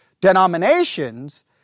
denominations